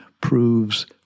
proves